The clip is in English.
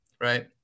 right